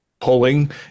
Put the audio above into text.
pulling